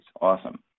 Awesome